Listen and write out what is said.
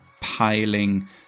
piling